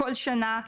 כל שנה,